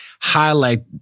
highlight